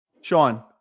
Sean